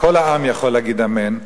כל העם יכול להגיד אמן,